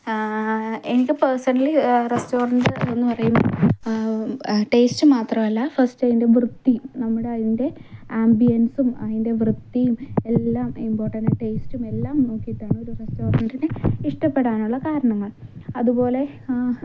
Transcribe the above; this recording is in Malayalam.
എനിക്ക് പേഴ്സണലി റസ്റ്റോറൻറ് എന്ന് പറയുമ്പോൾ ടേസ്റ്റ് മാത്രമല്ല ഫസ്റ്റ് അതിൻ്റെ വൃത്തി നമ്മുടെ അതിൻ്റെ ആമ്പിയൻസും അതിൻ്റെ വൃത്തിയും എല്ലാം ഇംപോർട്ടൻറ് ടേസ്റ്റും എല്ലാം നോക്കിയാണ് ഒരു റസ്റ്റോറൻറ്റിനെ ഇഷ്ടപ്പെടാനുള്ള കാരണങ്ങൾ അതുപോലെ